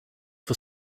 for